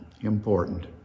important